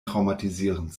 traumatisierend